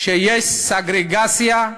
שיש סגרגציה,